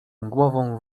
głową